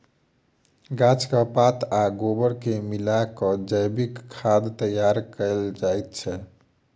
गाछक पात आ गोबर के मिला क जैविक खाद तैयार कयल जाइत छै